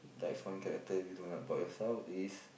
that's one character you don't like about yourself is